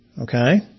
okay